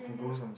mmhmm